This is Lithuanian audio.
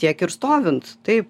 tiek ir stovint taip